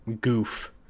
Goof